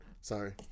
Sorry